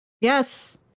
Yes